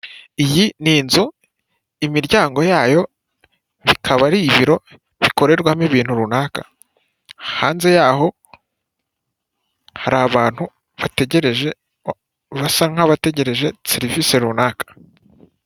Iyi ni inzu imiryango yayo bikaba ari ibiro bikorerwamo ibintu runaka, hanze yaho hari abantu bategereje basa nk'abategereje serivise runaka.